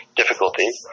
difficulties